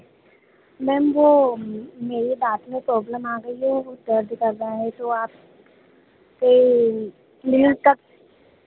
ma'am वो मेरे दांत में प्रॉब्लम आ गई है वो दर्द कर रहा है तो आपकी क्लिनिक तक